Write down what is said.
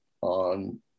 on